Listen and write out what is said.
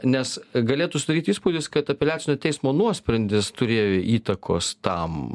nes galėtų sudaryti įspūdis kad apeliacinio teismo nuosprendis turėjo įtakos tam